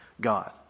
God